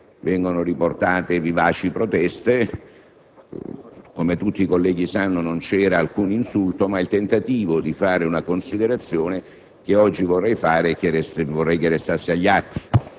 vengono riportate "*Vivaci proteste*"; come tutti i colleghi sanno, non c'era alcun insulto, ma il tentativo di fare una considerazione che oggi vorrei svolgere e che vorrei restasse agli atti.